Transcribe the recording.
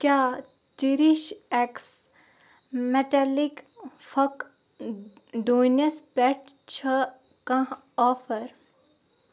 کیٛاہ چیرِش ایٚکس مٮ۪ٹَلِک فھک ڈوٗنس پٮ۪ٹھ چھِ کانٛہہ آفر